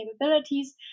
capabilities